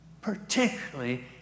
particularly